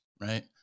right